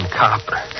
copper